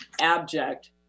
abject